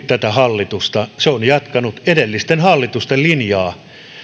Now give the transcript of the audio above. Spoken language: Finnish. hallitusta se on jatkanut edellisten hallitusten linjaa